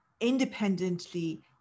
independently